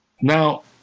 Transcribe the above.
Now